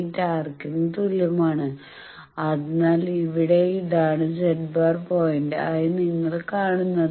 8 ആർക്കിന് തുല്യമാണ് അതിനാൽ ഇവിടെ ഇതാണ് z̄ പോയിന്റ് ആയി നിങ്ങൾ കാണുന്നത്